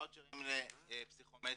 ואוצ'רים לפסיכומטרי,